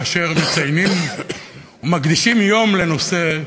כאשר מציינים ומקדישים יום לנושא,